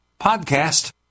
PODCAST